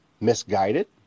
misguided